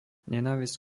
nenávisť